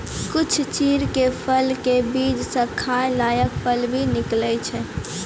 कुछ चीड़ के फल के बीच स खाय लायक फल भी निकलै छै